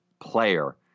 player